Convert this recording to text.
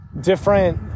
different